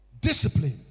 Discipline